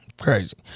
Crazy